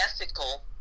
ethical